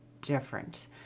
different